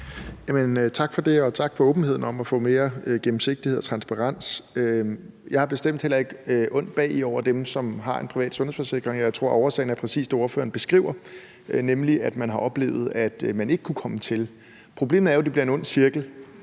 Tak for det, og tak for åbenheden for at få mere gennemsigtighed og transparens. Jeg har bestemt heller ikke ondt bagi over dem, som har en privat sundhedsforsikring, og jeg tror, at årsagen er præcis det, ordføreren beskriver, nemlig at man har oplevet, at man ikke kunne komme til. Problemet er jo, at det bliver en ond cirkel,